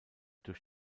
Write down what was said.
durch